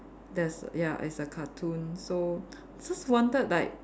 there's ya it's a cartoon so first wanted like